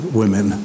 women